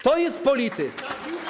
To jest polityk.